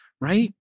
right